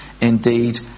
indeed